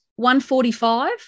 1.45